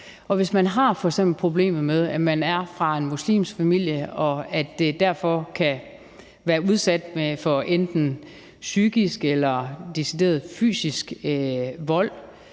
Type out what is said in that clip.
og hvis man f.eks. har problemet med, at man er fra en muslimsk familie og man derfor kan være udsat for enten psykisk eller decideret fysisk vold,